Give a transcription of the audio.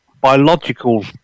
biological